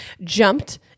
jumped